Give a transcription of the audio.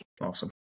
Awesome